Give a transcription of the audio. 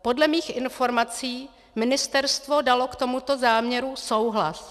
Podle mých informací ministerstvo dalo k tomuto záměru souhlas.